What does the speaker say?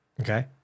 Okay